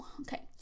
Okay